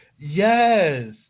Yes